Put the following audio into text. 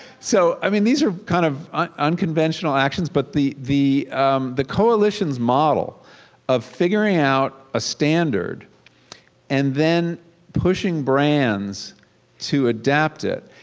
so i mean these are kind of unconventional actions but the the coalition's model of figuring out a standard and then pushing brands to adapt it,